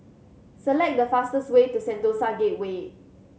select the fastest way to Sentosa Gateway